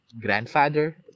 grandfather